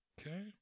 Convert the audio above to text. Okay